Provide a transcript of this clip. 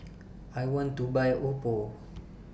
I want to Buy Oppo